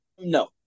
no